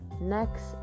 next